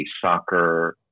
soccer